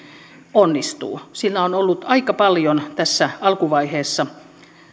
onnistuu siinä on ollut aika paljon tässä alkuvaiheessa